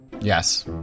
Yes